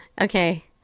Okay